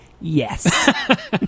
yes